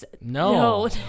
No